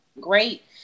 Great